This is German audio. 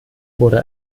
wurde